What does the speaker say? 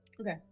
Okay